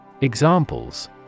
Examples